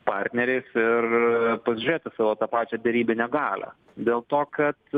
partneriais ir pasižiūrėti savo tą pačią derybinę galią dėl to kad